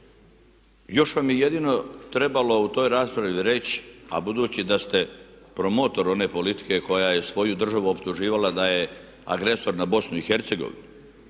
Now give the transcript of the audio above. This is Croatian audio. Još vam je jedino trebalo u toj raspravi reći, a budući da ste promotor one politike koja je svoju državu optuživala da je agresor na Bosnu i Hercegovinu,